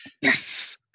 Yes